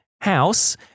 house